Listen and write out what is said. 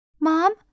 Mom